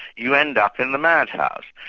you end up in the madhouse.